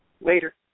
Later